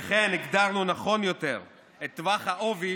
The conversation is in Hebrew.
וכן הגדרנו נכון יותר את טווח העובי